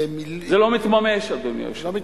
זה לא מתממש, אדוני היושב-ראש.